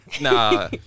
Nah